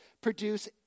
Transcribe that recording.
produce